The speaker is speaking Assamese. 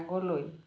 আগলৈ